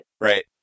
Right